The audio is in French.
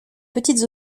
petites